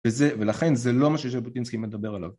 וזה ולכן זה לא מה שז'בוטינסקי מדבר עליו